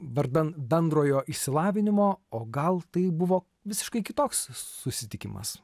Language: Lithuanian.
vardan bendrojo išsilavinimo o gal tai buvo visiškai kitoks susitikimas